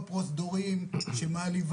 פשוט תעברי סעיף,